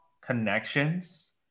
connections